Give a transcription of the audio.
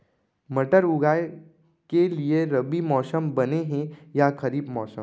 मटर उगाए के लिए रबि मौसम बने हे या खरीफ मौसम?